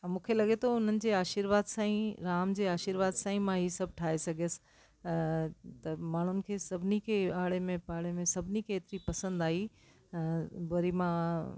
ऐं मूंखे लॻे थो उन्हनि जे आशीर्वाद सां ई राम जे आशीर्वाद सां ई मां ई सभु ठाहे सघियसि त माण्हुनि खे सभिनी खे आड़े में पाड़े में सभिनी खे एतिरी पसंदि आई वरी मां